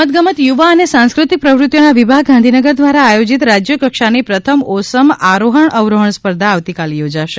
રમતગમત યુવા અને સાંસ્કૃતિક પ્રવૃતીઓના વિભાગ ગાંધીનગર દ્વારા આયોજીત રાજ્ય કક્ષાની પ્રથમ ઓસમ આરોહણ અવરોહણ સ્પર્ધા આવતીકાલે યોજાશે